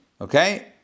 Okay